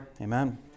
Amen